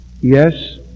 Yes